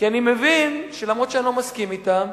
כי אני מבין שלמרות שאני לא מסכים אתם,